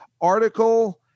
article